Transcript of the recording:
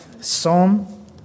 psalm